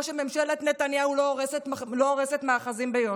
שממשלת נתניהו לא הורסת מאחזים ביו"ש.